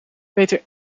beter